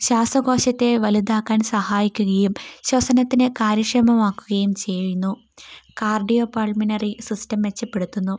ശ്വാസകോശത്തെ വലുതാക്കാൻ സഹായിക്കുകയും ശ്വസനത്തിന് കാര്യക്ഷമമാക്കുകയും ചെയ്യുന്നു കാർഡിയോ പൾമിനറി സിസ്റ്റം മെച്ചപ്പെടുത്തുന്നു